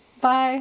bye